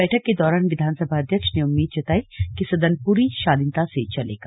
बैठक के दौरान विधानसभा अध्यक्ष ने उम्मीद जताई कि सदन पूरी शालीनता से चलेगा